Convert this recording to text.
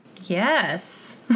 Yes